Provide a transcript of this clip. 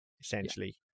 essentially